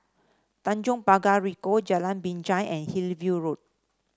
Tanjong Pagar Ricoh Jalan Binjai and Hillview Road